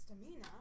Stamina